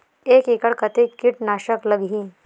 एक एकड़ कतेक किट नाशक लगही?